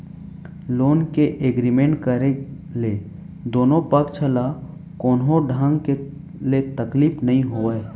loan के agreement करे ले दुनो पक्छ ल कोनो ढंग ले तकलीफ नइ होवय